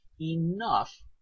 enough